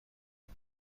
حال